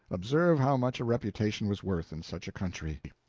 observe how much a reputation was worth in such a country.